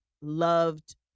loved